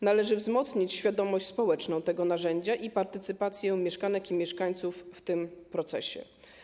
Należy wzmocnić świadomość społeczną dotyczącą tego narzędzia i partycypację mieszkanek i mieszkańców w tym procesie.